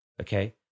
Okay